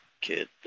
kid